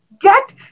Get